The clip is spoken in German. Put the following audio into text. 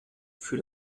für